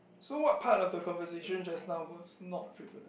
so what part of the conversation just now was not frivolous